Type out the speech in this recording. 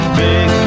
big